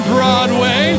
Broadway